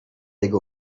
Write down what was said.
jego